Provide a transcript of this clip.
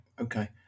okay